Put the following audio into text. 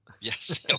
Yes